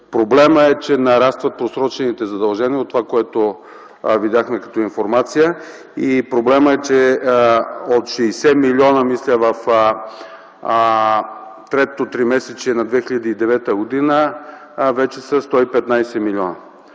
Проблемът е, че нарастват просрочените задължения от това, което видяхме като информация. И проблемът е, че от 60 милиона в третото тримесечие на 2009 г. вече са 115 милиона.